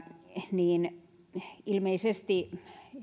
niin ilmeisesti